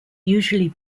usually